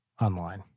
online